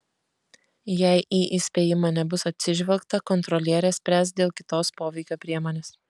jei į įspėjimą nebus atsižvelgta kontrolierė spręs dėl kitos poveikio priemonės